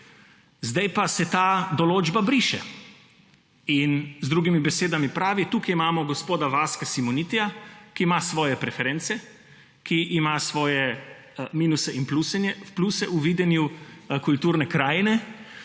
Zdaj pa se ta določba briše. Z drugimi besedami, tukaj imamo gospoda Vaska Simonitija, ki ima svoje preference, ki ima svoje minuse in pluse v videnju kulturne krajine